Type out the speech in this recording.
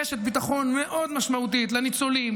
רשת ביטחון מאוד משמעותית לניצולים,